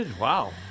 Wow